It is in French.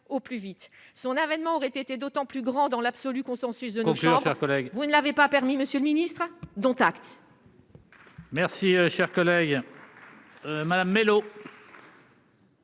au plus vite son avènement aurait été d'autant plus grands dans l'absolu consensus de mon cher collègue, vous ne l'avez pas permis Monsieur le Ministre, dont acte.